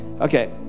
okay